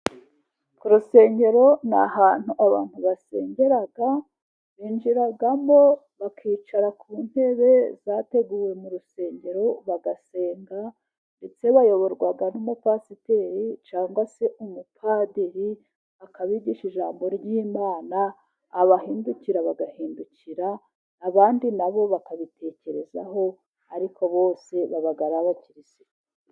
Ku rusengero ni ahantu, abantu basengera binjiramo bakicara ku intebe zateguwe mu rusengero bagasenga ndetse bayoborwa n'umupasiteri cyangwa se umupadiri akabigisha ijambo ry' Imana abahindukira bagahindukira, abandi na bo bakabitekerezaho, ariko bose baba ari abakirisitu.